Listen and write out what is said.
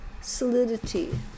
solidity